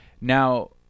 Now